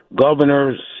governors